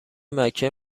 مکه